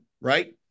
right